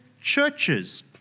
churches